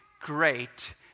great